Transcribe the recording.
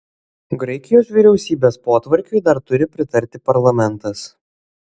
graikijos vyriausybės potvarkiui dar turi pritarti parlamentas